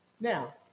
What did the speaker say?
Now